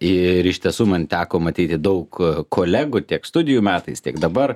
ir iš tiesų man teko matyti daug kolegų tiek studijų metais tiek dabar